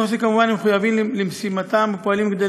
הם כמובן מחויבים למשימתם ופועלים כדי